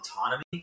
autonomy